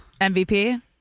MVP